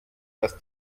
dass